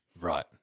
Right